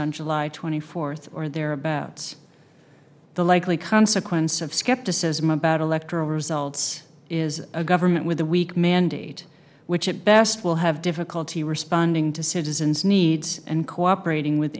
on july twenty fourth or thereabouts the likely consequence of skepticism about electoral results is a government with a weak mandate which at best will have difficulty responding to citizens needs and cooperating with